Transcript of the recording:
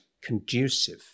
conducive